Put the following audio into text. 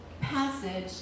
passage